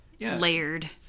layered